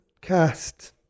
cast